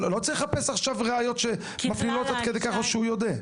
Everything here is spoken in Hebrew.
לא צריך לחפש עכשיו ראיות שמפלילות עד כדי כך או שהוא יודה.